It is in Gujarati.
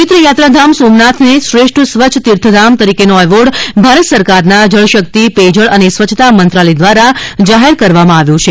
પવિત્ર યાત્રાધામ સોમનાથને શ્રેષ્ઠ સ્વચ્છ તીર્થધામ તરીકેનો એવોર્ડ ભારત સરકારના જલશકિત પેયજળ અને સ્વચ્છતા મંત્રાલય દ્વારા જાહેર કરવામાં આવ્યો છે